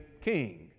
king